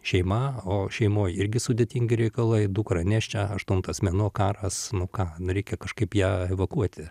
šeima o šeimoj irgi sudėtingi reikalai dukra nėščia aštuntas mėnuo karas nu ką reikia kažkaip ją evakuoti